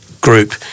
group